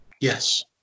Yes